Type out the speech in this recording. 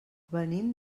venim